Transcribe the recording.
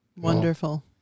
Wonderful